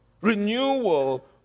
Renewal